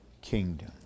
kingdom